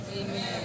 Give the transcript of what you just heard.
Amen